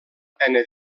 pena